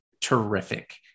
terrific